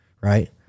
right